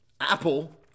Apple